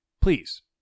please